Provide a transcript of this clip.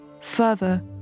further